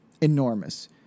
enormous